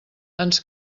ens